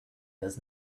does